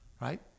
Right